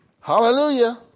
Hallelujah